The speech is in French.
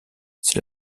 c’est